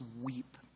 weep